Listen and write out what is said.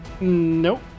Nope